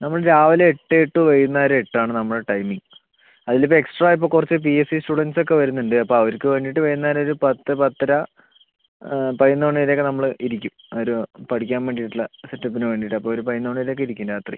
നമ്മള് രാവില എട്ട് ടു വൈകുന്നേരം എട്ട് ആണ് നമ്മുടെ ടൈമിംഗ് അതിൽ ഇപ്പം എക്സ്ട്രാ ഇപ്പം കുറച്ച് ബി എസ് സി സ്റ്റുഡൻറ്റ്സ് ഒക്കെ വരുന്നുണ്ട് അപ്പം അപ്പം അവർക്ക് വേണ്ടീട്ട് വൈന്നേരം ഒര് പത്ത് പത്തര പതിനൊന്ന് മണി വരെ ഒക്കെ നമ്മള് ഇരിക്കും ഒരു പഠിക്കാൻ വേണ്ടിയിട്ട് ഉള്ള സെറ്റപ്പിന് വേണ്ടിയിട്ട് അപ്പം ഒരു പതിനൊന്ന് മണി വരെ ഒക്കെ ഇരിക്കും രാത്രി